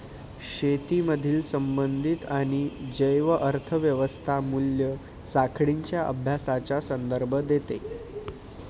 शेतीमधील संबंधित आणि जैव अर्थ व्यवस्था मूल्य साखळींच्या अभ्यासाचा संदर्भ देते